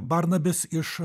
barnabis iš